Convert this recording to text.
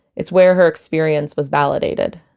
it's where her experience was validated